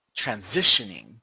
transitioning